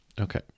Okay